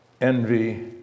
envy